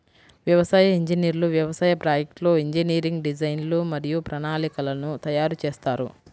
వ్యవసాయ ఇంజనీర్లు వ్యవసాయ ప్రాజెక్ట్లో ఇంజనీరింగ్ డిజైన్లు మరియు ప్రణాళికలను తయారు చేస్తారు